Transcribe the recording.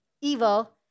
evil